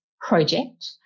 project